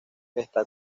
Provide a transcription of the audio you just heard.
está